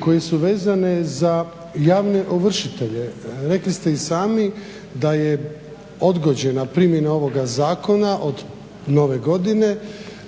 koje su vezane za javne ovršitelje. Rekli ste i sami da je odgođena primjena ovoga zakona od nove godine